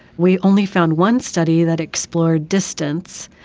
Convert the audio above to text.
we only found one study that explored distance,